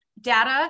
data